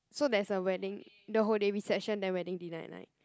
so there's a wedding the whole day reception then wedding dinner at night